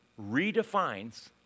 redefines